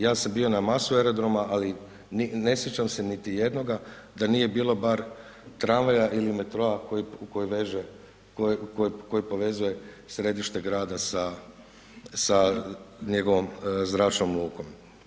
Ja sam bio na masu aerodroma, ali ne sjećam se niti jednoga da nije bilo bar tramvaja ili metroa koji povezuje središte grada sa njegovom zračnom lukom.